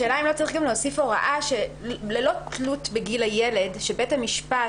השאלה אם לא צריך גם להוסיף הוראה שללא תלות בגיל הילד בית המשפט,